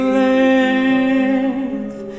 length